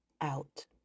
out